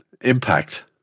Impact